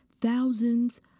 Thousands